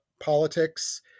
politics